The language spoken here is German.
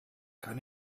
kann